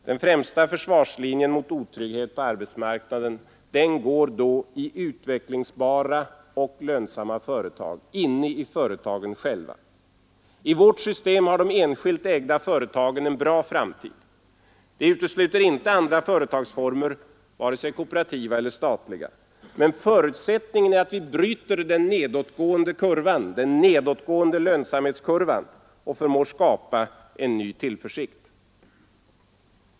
Den främsta försvarslinjen mot otrygghet på arbetsmarknaden går i utvecklingsbara och lönsamma företag, inne i företagen själva. I vårt system har de enskilt ägda företagen en bra framtid. Det utesluter inte andra företagsformer, vare sig kooperativa eller statliga, men förutsättningen är att vi bryter den nedåtgående lönsamhetskurvan och förmår skapa en ny tillförsikt.